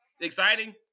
exciting